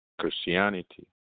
Christianity